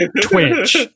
twitch